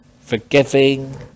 forgiving